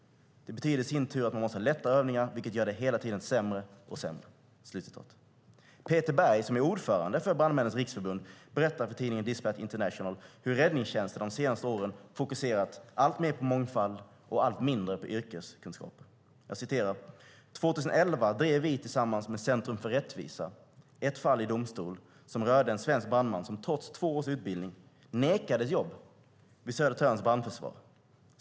Det betyder i sin tur att de måste ha lättare övningar, vilket gör att de hela tiden blir sämre och sämre." Peter Bergh, som är ordförande för Brandmännens Riksförbund, berättar för tidningen Dispatch International hur räddningstjänsten de senaste åren fokuserat alltmer på mångfald och allt mindre på yrkeskunskap: "2011 drev vi tillsammans med Centrum för Rättvisa ett fall i domstol som rörde en svensk brandman som trots två års utbildning nekades jobb vid Södertörns Brandförsvar.